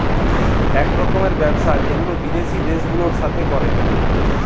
ইক রকমের ব্যবসা যেগুলা বিদ্যাসি দ্যাশ গুলার সাথে ক্যরে